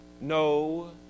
no